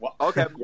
Okay